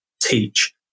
teach